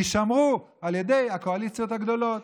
יישמרו על ידי הקואליציות הגדולות,